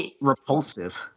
repulsive